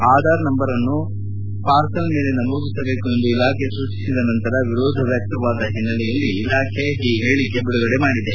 ಆಧಾರ ನಂಬರನ್ನು ಪಾರ್ಸಲ್ ಮೇಲೆ ನಮೂದಿಸಬೇಕು ಎಂದು ಇಲಾಖೆ ಸೂಚಿಸಿದ ನಂತರ ವಿರೋಧ ವ್ಯಕ್ತವಾದ ಹಿನ್ನೆಲೆಯಲ್ಲಿ ಇಲಾಖೆ ಈ ಹೇಳಿಕೆ ಬಿಡುಗಡೆ ಮಾಡಿದೆ